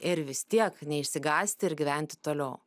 ir vis tiek neišsigąsti ir gyventi toliau